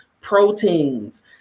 proteins